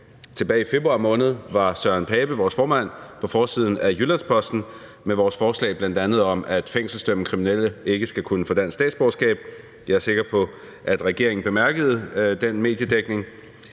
Tilbage i februar måned var hr. Søren Pape Poulsen, vores formand, på forsiden af Jyllands-Posten med vores forslag om, at bl.a. fængselsdømte kriminelle ikke skal kunne få dansk statsborgerskab. Jeg er sikker på, at regeringen bemærkede den mediedækning.